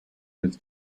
his